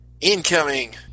Incoming